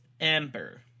Amber